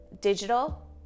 digital